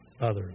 others